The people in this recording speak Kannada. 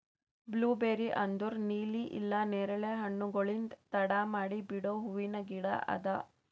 ಬ್ಲೂಬೇರಿ ಅಂದುರ್ ನೀಲಿ ಇಲ್ಲಾ ನೇರಳೆ ಹಣ್ಣುಗೊಳ್ಲಿಂದ್ ತಡ ಮಾಡಿ ಬಿಡೋ ಹೂವಿನ ಗಿಡ ಅದಾ